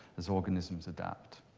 as organisms adapt.